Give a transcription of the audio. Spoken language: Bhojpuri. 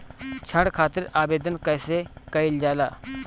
ऋण खातिर आवेदन कैसे कयील जाला?